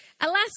Alas